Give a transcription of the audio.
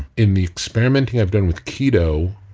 in the experimenting i've done with keto,